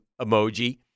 emoji